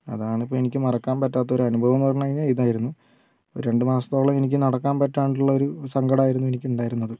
അതാണ് ഇപ്പോൾ എനിക്ക് മറക്കാൻ പറ്റാത്ത ഒരനുഭവം എന്നു പറഞ്ഞു കഴിഞ്ഞാൽ ഇതായിരുന്നു ഒരു രണ്ടു മാസത്തോളം എനിക്ക് നടക്കാൻ പറ്റാണ്ടുള്ള ഒരു സങ്കടം ആയിരുന്നു എനിക്ക് ഉണ്ടായിരുന്നത്